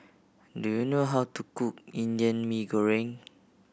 do you know how to cook Indian Mee Goreng